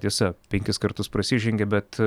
tiesa penkis kartus prasižengė bet